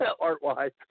art-wise